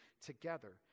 together